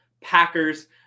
Packers